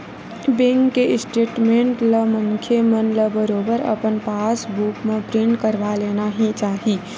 bank के statement ला मनखे मन ल बरोबर अपन पास बुक म प्रिंट करवा लेना ही चाही